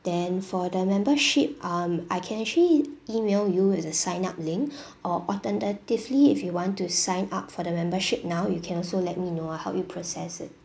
then for the membership um I can actually email you as a sign up link or alternatively if you want to sign up for the membership now you can also let me know I'll help you process it